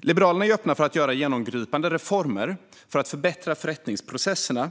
Liberalerna är öppna för att göra genomgripande reformer för att förbättra förrättningsprocesserna.